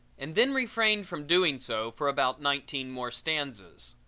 and then refrained from doing so for about nineteen more stanzas.